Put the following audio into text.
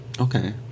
Okay